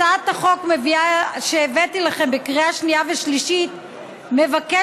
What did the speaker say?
הצעת החוק שהבאתי לכם בקריאה שנייה ושלישית מבקשת